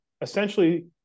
essentially